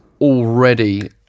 already